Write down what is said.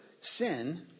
sin